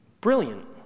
Brilliant